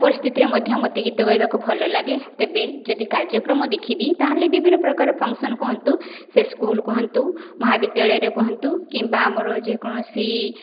ପରିସ୍ଥିତିରେ ମଧ୍ୟ ମୋତେ ଗୀତ ଗାଇବାକୁ ଭଲ ଲାଗେ ତେବେ ଯଦି କାର୍ଯ୍ୟକ୍ରମ ଦେଖିବି ତା'ହେଲେ ବିଭିନ୍ନ ପ୍ରକାର ଫଙ୍କସନ୍ କୁହନ୍ତୁ ସେ ସ୍କୁଲକୁ କୁହନ୍ତୁ ମହାବିଦ୍ୟାଳୟରେ କୁହନ୍ତୁ କିମ୍ବା ଆମର ଯେ କୌଣସି